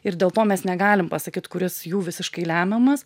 ir dėl to mes negalim pasakyt kuris jų visiškai lemiamas